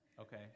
Okay